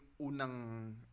unang